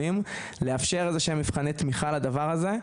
לאפשר איזשהם מבחני תמיכה לזה,